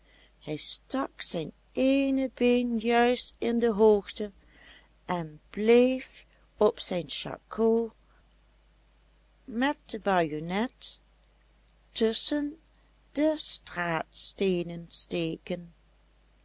hij stak zijn eene been juist in de hoogte en bleef op zijn schako met de bajonet tusschen de straatsteenen steken